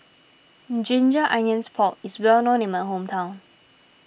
Ginger Onions Pork is well known in my hometown